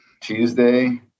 Tuesday